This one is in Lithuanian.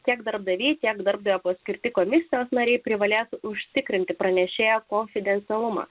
tiek darbdaviai tiek darbe paskirti komisijos nariai privalės užtikrinti pranešėjo konfidencialumą